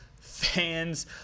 fans